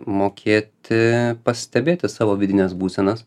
mokėti pastebėti savo vidines būsenas